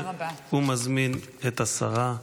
ומזמין את השרה,